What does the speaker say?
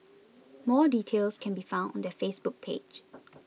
more details can be found on their Facebook page